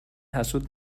حسود